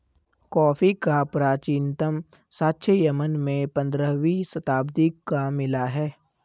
coffee का प्राचीनतम साक्ष्य यमन में पंद्रहवी शताब्दी का मिला है